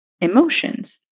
emotions